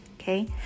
Okay